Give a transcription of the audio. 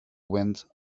wind